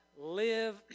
live